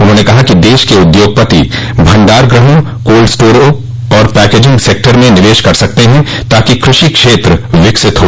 उन्होंने कहा कि देश के उद्योगपति भंडार गृहों कोल्डस्टोरों और पैकेजिंग सेक्टर में निवेश कर सकते हैं ताकि कृषि क्षेत्र विकसित हो